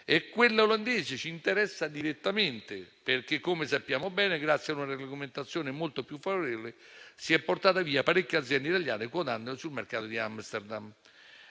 La borsa olandese ci interessa direttamente, perché, come sappiamo bene, grazie a una regolamentazione molto più favorevole, si è portata via parecchie aziende italiane, quotandole sul mercato di Amsterdam.